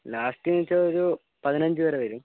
ലാസ്റ്റ്ന്ന് വെച്ചാൽ ഒരു പതിനഞ്ച് വരെ വരും